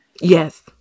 Yes